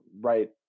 right